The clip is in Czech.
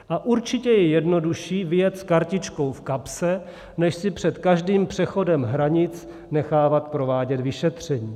A určitě je jednodušší vyjet s kartičkou v kapse, než si před každým přechodem hranic nechávat provádět vyšetření.